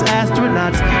astronauts